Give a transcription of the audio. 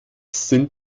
sind